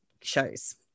shows